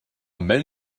men